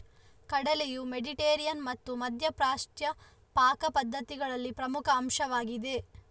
ಕಡಲೆಯು ಮೆಡಿಟರೇನಿಯನ್ ಮತ್ತು ಮಧ್ಯ ಪ್ರಾಚ್ಯ ಪಾಕ ಪದ್ಧತಿಗಳಲ್ಲಿ ಪ್ರಮುಖ ಅಂಶವಾಗಿದೆ